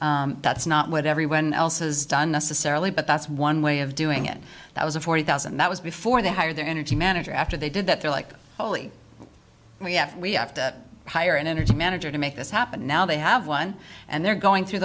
did that's not what everyone else has done necessarily but that's one way of doing it that was a forty thousand and that was before they hire their energy manager after they did that they're like holy we have we have to hire an energy manager to make this happen now they have one and they're going through